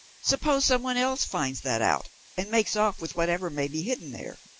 suppose some one else finds that out and makes off with whatever may be hidden there.